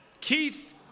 Keith